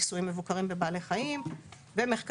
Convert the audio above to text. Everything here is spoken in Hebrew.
ניסויים מבוקרים בבעלי חיים ומחקרים